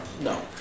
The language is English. No